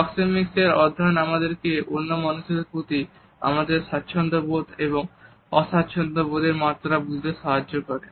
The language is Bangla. প্রক্সেমিকস এর অধ্যায়ন আমাদেরকে অন্য মানুষদের প্রতি আমাদের স্বাচ্ছন্দ্যবোধ এবং অস্বাচ্ছন্দ্যবোধের মাত্রা বুঝতে সাহায্য করে